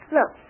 Look